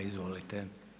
Izvolite.